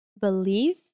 Believe